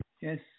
Yes